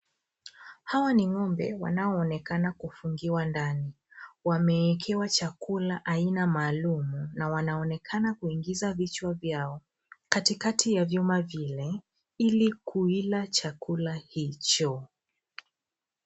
Hawa ni ng'ombe wanaoonekana kufungiwa ndani. Wameekewa chakula aina maalum na wanaonekana kuingiza vichwa vyao katikati ya vyuma vile ili kukila chakula hicho.